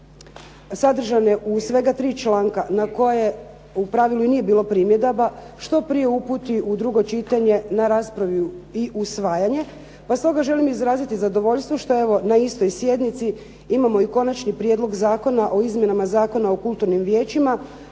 sadržane u svega 3 članka na koje u pravilu nije bilo primjedaba, što prije uputi u drugo čitanje na raspravu i usvajanje pa stoga želim izraziti zadovoljstvo što evo, na istoj sjednici imamo i Konačni prijedlog zakona o izmjenama Zakona o kulturnim vijećima